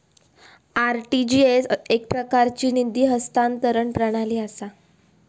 RTGS एकप्रकारची निधी हस्तांतरण प्रणाली असा